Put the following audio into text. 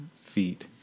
feet